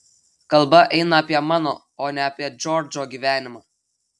kalba eina apie mano o ne apie džordžo gyvenimą